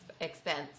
expense